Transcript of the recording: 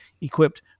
equipped